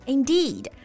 Indeed